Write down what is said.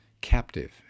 captive